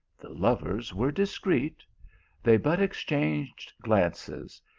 the lovers were discreet they but exchanged glances,